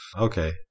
Okay